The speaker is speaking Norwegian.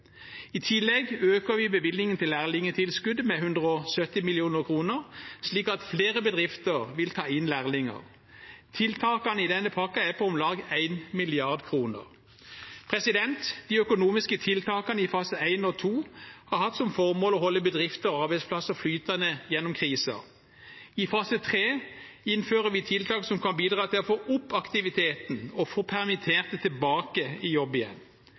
I tillegg øker vi bevilgningen til lærlingtilskuddet med 170 mill. kr, slik at flere bedrifter vil ta inn lærlinger. Tiltakene i denne pakken er på om lag 1 mrd. kr. De økonomiske tiltakene i fase 1 og fase 2 har hatt som formål å holde bedrifter og arbeidsplasser flytende gjennom krisen. I fase 3 innfører vi tiltak som kan bidra til å få opp aktiviteten og få permitterte tilbake i jobb igjen.